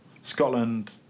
Scotland